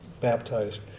baptized